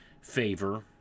favor